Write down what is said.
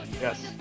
yes